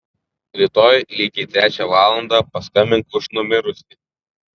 rytoj lygiai trečią valandą paskambink už numirusį